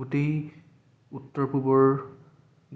গোটেই উত্তৰ পূবৰ